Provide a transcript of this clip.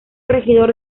regidor